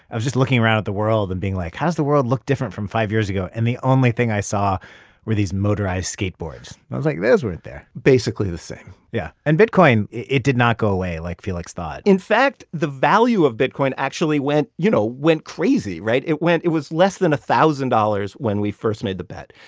i was just looking around at the world and being like, how does the world look different from five years ago? and the only thing i saw were these motorized skateboards. i was like, those weren't there. basically the same yeah and bitcoin it it did not go away like felix thought in fact, the value of bitcoin actually went, you know, went crazy, right? it went it was less than one thousand dollars when we first made the bet.